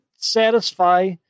satisfy